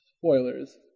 spoilers